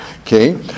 Okay